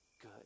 good